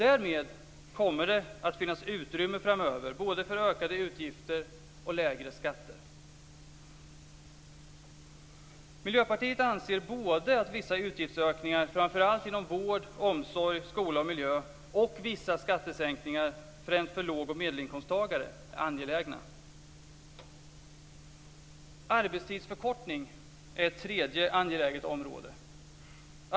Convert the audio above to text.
Därmed kommer det att finnas utrymme framöver, både för ökade utgifter och för lägre skatter. Miljöpartiet anser att vissa utgiftsökningar, framför allt inom vård, omsorg, skola och miljö och vissa skattesänkningar främst för låg och medelinkomsttagare, är angelägna. Arbetstidsförkortning är ett tredje angeläget område.